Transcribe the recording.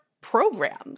programs